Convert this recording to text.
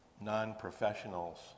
non-professionals